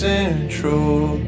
Central